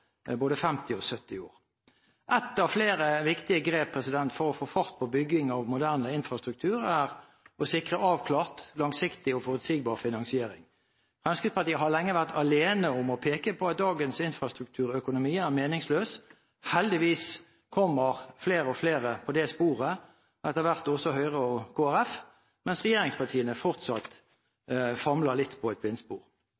både 50 og 70 år. Ett av flere viktige grep for å få fart på bygging av moderne infrastruktur er å sikre en avklart, langsiktig og forutsigbar finansiering. Fremskrittspartiet har lenge vært alene om å peke på at dagens infrastrukturøkonomi er meningsløs. Heldigvis kommer flere og flere på det sporet, etter hvert også Høyre og Kristelig Folkeparti, mens regjeringspartiene fortsatt